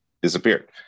disappeared